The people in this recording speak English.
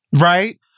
right